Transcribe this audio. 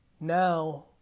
Now